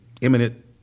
imminent